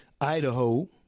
Idaho